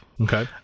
Okay